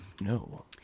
No